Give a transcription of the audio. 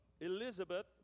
Elizabeth